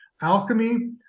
alchemy